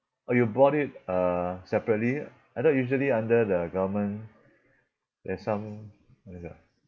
oh you bought it uh separately I thought usually under the government there's some